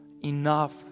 enough